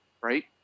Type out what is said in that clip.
Right